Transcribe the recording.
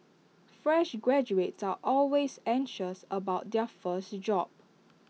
fresh graduates are always anxious about their first job